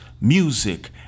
music